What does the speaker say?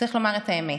צריך לומר את האמת,